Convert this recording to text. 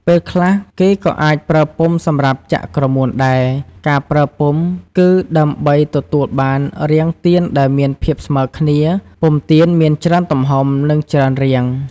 ពេលខ្លះ គេក៏អាចប្រើពុម្ពសម្រាប់ចាក់ក្រមួនដែរ ការប្រើពុម្ពគឺដើម្បីទទួលបានរាងទៀនដែលមានភាពស្មើគ្នា ពុម្ពទៀនមានច្រើនទំហំ និងច្រើនរាង។